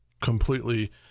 completely